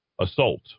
assault